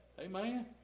Amen